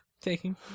Taking